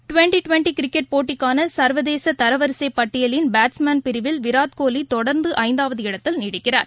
twenty twenty cricket போட்டிக்கானச்வதேசதரவரிசைப் பட்டியலின் batsmen பிரிவில் விராட்கோலிதொடர்ந்துஐந்தாவது இடத்தில் நீடிக்கிறார்